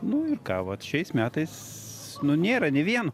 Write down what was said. nu ir ką vat šiais metais nu nėra ne vieno